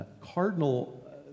Cardinal